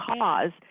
cause